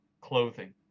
clothing